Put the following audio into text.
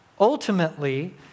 ultimately